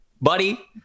buddy